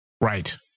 Right